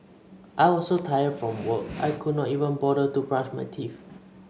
I was so tired from work I could not even bother to brush my teeth